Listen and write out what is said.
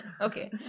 Okay